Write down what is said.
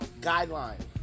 guideline